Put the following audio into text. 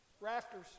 Rafters